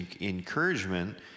encouragement